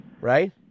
Right